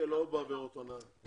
לא בעבירות הונאה.